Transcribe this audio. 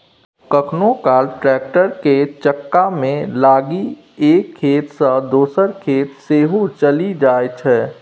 कखनहुँ काल टैक्टर केर चक्कामे लागि एक खेत सँ दोसर खेत सेहो चलि जाइ छै